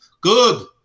Good